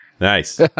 Nice